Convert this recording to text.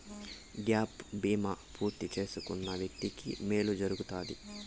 gap బీమా పూర్తి చేసుకున్న వ్యక్తికి మేలు జరుగుతాది